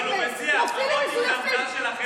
את לא יכולה להפריע לו כשהוא מדבר,